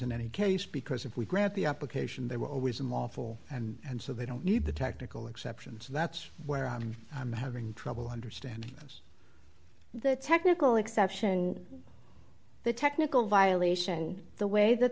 in any case because if we grant the application they were always unlawful and so they don't need the tactical exceptions that's where i'm i'm having trouble understanding this the technical exception the technical violation the way that